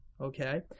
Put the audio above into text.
okay